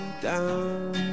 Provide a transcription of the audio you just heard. down